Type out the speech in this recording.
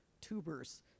tubers